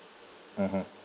mmhmm